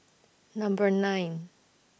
Number nine